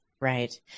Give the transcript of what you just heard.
Right